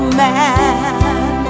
man